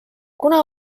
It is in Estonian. kuna